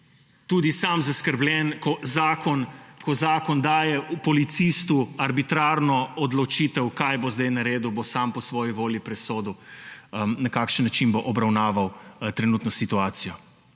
tudi sam zaskrbljen, ko zakon daje policistu arbitrarno odločitev, kaj bo zdaj naredil, bo sam po svoji volji presodil, na kakšen način bo obravnaval trenutno situacijo.